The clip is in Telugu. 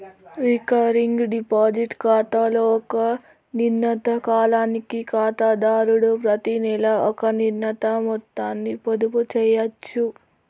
రికరింగ్ డిపాజిట్ ఖాతాలో ఒక నిర్ణీత కాలానికి ఖాతాదారుడు ప్రతినెలా ఒక నిర్ణీత మొత్తాన్ని పొదుపు చేయచ్చు